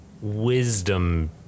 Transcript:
Wisdom